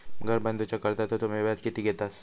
घर बांधूच्या कर्जाचो तुम्ही व्याज किती घेतास?